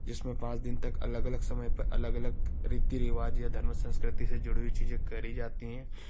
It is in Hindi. जिसमें पाँच दिन तक अलग अलग समय पर अलग अलग रीति रिवाज या धर्म संस्कृति से जुड़ी हुई चीजें करी जाती हैं